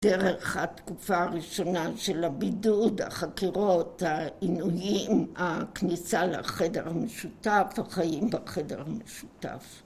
דרך התקופה הראשונה של הבידוד, החקירות, העינויים, הכניסה לחדר המשותף, החיים בחדר המשותף.